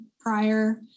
prior